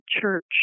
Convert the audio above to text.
church